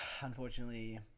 unfortunately